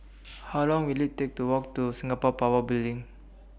How Long Will IT Take to Walk to Singapore Power Building